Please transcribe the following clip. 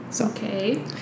Okay